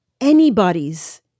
anybody's